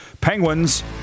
Penguins